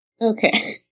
Okay